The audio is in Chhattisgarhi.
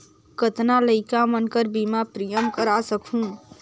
कतना लइका मन कर बीमा प्रीमियम करा सकहुं?